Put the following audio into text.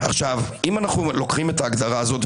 אם אנחנו לוקחים את ההגדרה הזאת,